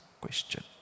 question